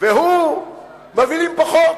והוא מביא לי פה חוק,